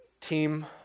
team